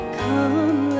come